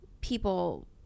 people